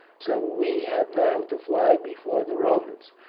so we have now to fly before the romans.